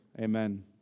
Amen